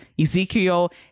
Ezekiel